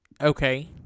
okay